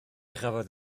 chafodd